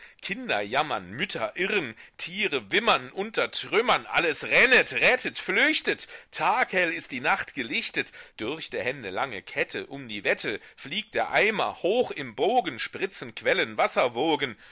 kinder jammern mütter irren tiere wimmern unter trümmern alles rennet rettet flüchtet taghell ist die nacht gelichtet durch der hände lange kette um die wette fliegt der eimer hoch im bogen sprützen quellen